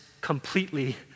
completely